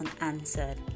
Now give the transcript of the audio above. unanswered